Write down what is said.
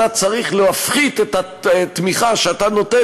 אתה צריך להפחית את התמיכה שאתה נותן